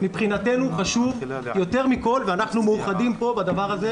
מבחינתנו חשוב יותר מכל, ואנחנו מאוחדים בזה,